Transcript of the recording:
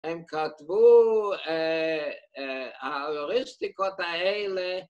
‫הם כתבו... ‫האוריסטיקות האלה...